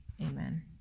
Amen